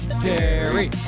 Jerry